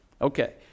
Okay